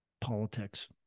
politics